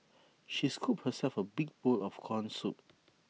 she scooped herself A big bowl of Corn Soup